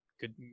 good